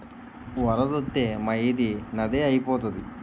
వరదొత్తే మా ఈది నదే ఐపోతాది